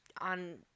on